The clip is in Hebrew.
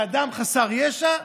לאדם חסר ישע,